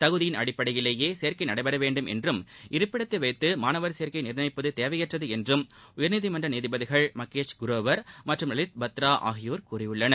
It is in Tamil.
தகுதியின் அடிப்படையிலேயே சேர்ககை நடைபெற வேண்டும் என்றும் இருப்பிடத்தை வைத்து மாணவர் சேக்கையை நிர்ணயிப்பது தேவையற்றது என்றும் உயர்நீதிமன்ற நீதிபதிகள் மகேஷ் குரோவர் மற்றும் லலித் பத்ரா ஆகியோர் கூறியுள்ளனர்